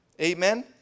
Amen